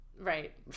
right